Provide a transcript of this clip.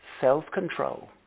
self-control